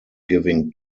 giving